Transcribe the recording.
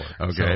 Okay